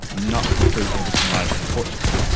not through ableton live, unfortunately.